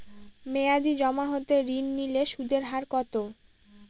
মেয়াদী জমা হতে ঋণ নিলে সুদের হার কত?